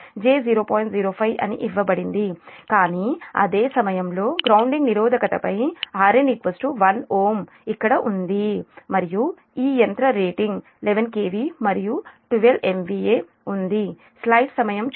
04 అని ఇవ్వబడింది కానీ అదే సమయంలో గ్రౌండింగ్ నిరోధకతపై Rn 1Ω ఇక్కడ ఉంది మరియు ఈ యంత్ర రేటింగ్ 11 kV మరియు 12 MVA